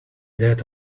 that